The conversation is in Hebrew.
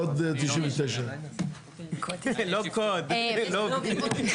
קוד 99. לא קוד, לובי.